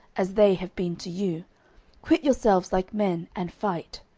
as they have been to you quit yourselves like men, and fight.